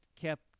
kept